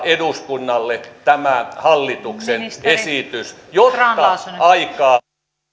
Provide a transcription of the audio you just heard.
eduskunnalle tämä hallituksen esitys jotta aikaa